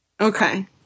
okay